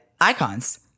icons